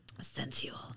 Sensual